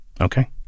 okay